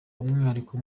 umwihariko